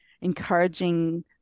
encouraging